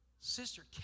Sister